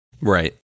Right